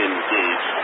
Engage